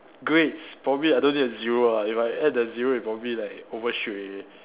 grades probably I don't need a zero ah if I add the zero it'll probably like over shoot already